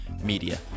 media